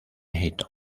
eton